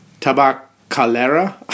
Tabacalera